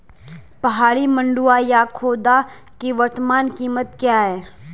पहाड़ी मंडुवा या खोदा की वर्तमान कीमत क्या है?